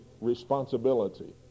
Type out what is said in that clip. responsibility